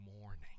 morning